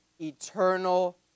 eternal